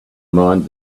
mind